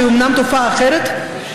שהיא אומנם תופעה אחרת,